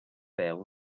peu